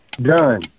Done